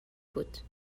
بود